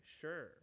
Sure